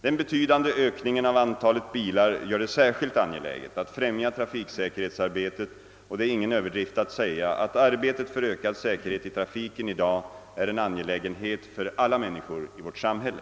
Den betydande ökningen av antalet bilar gör det särskilt angeläget att främja trafiksäkerhetsarbetet, och det är ingen överdrift att säga att arbetet för ökad säkerhet i trafiken i dag är en angelägenhet för alla människor i vårt samhälle.